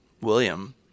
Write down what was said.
William